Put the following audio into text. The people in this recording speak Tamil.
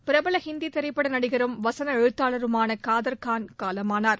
பிரபல ஹிந்தி திரைப்பட நடிகரும் வசன எழுத்தாளருமான காதர்கான் காலமானார்